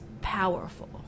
Powerful